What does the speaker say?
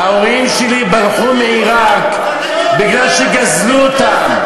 ההורים שלי ברחו מעיראק כי גזלו אותם.